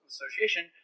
Association